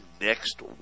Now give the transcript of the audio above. next